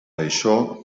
això